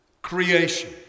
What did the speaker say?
creation